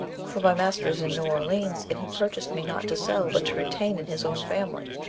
for my master is in new orleans, and he purchased me not to sell, but to retain in his own family